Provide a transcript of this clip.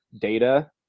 data